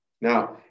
Now